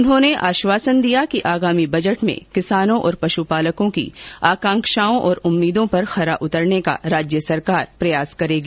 उन्होंने आश्वासन दिया कि आगामी बजट में किसानों और पश्पालकों की आकांक्षाओं और उम्मीदों पर खरा उतरने का राज्य सरकार प्रयास करेगी